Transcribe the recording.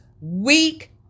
weak